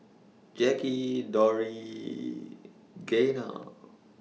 Jacky Dori Gaynell